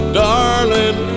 darling